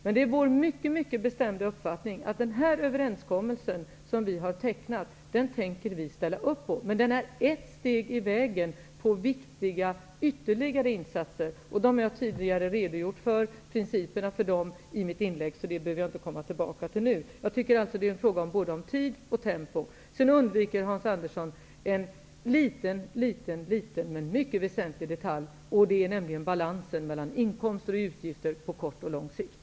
Men det är vår mycket bestämda uppfattning att vi tänker ställa upp på den överenskommelse som vi har träffat. Den är ett steg på vägen mot viktiga ytterligare insatser. Jag har i mitt tidigare inlägg redogjort för principerna för dem, och det behöver jag inte återkomma till nu. Det är fråga om både tid och tempo. Sedan undviker Hans Andersson en mycket liten men mycket väsentlig detalj. Det är balansen mellan inkomster och utgifter på kort och lång sikt.